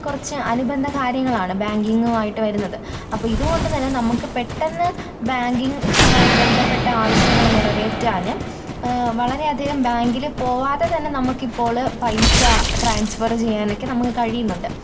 കുറച്ച് അനുബന്ധ കാര്യങ്ങളാണ് ബാങ്കിങ്ങുമായിട്ട് വരുന്നത് അപ്പോള് ഇതുകൊണ്ട് തന്നെ നമ്മള്ക്ക് പെട്ടെന്ന് ബാങ്കിങ്ങുമായി ബന്ധപ്പെട്ട ആവശ്യങ്ങള് നിറവേറ്റാനും വളരെയധികം ബാങ്കില് പോകാതെ തന്നെ നമ്മള്ക്കിപ്പോള് പൈസ ട്രാൻസ്ഫര് ചെയ്യാനുമൊക്കെ നമുക്ക് കഴിയുന്നുണ്ട്